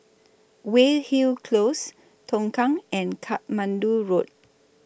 Weyhill Close Tongkang and Katmandu Road